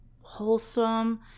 wholesome